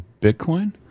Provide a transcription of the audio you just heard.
Bitcoin